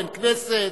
אין כנסת,